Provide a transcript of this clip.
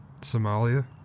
Somalia